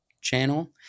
channel